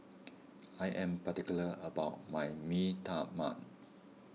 I am particular about my Mee Tai Mak